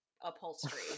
upholstery